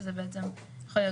זאת אומרת, יכול להיות